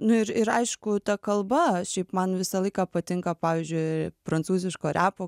nu ir ir aišku ta kalba šiaip man visą laiką patinka pavyzdžiui prancūziško repo